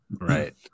right